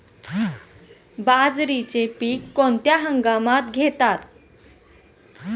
बाजरीचे पीक कोणत्या हंगामात घेतात?